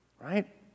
right